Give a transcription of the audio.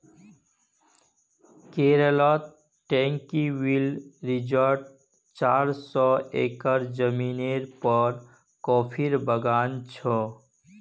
केरलत ट्रैंक्विल रिज़ॉर्टत चार सौ एकड़ ज़मीनेर पर कॉफीर बागान छ